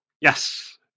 Yes